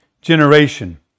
generation